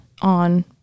on